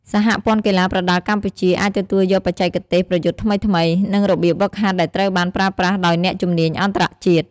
សហព័ន្ធកីឡាប្រដាល់កម្ពុជា អាចទទួលយកបច្ចេកទេសប្រយុទ្ធថ្មីៗ និងរបៀបហ្វឹកហាត់ដែលត្រូវបានប្រើប្រាស់ដោយអ្នកជំនាញអន្តរជាតិ។